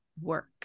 work